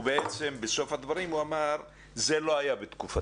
ובעצם, בסוף הדברים, הוא אמר זה לא היה בתקופתי,